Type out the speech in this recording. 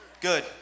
Good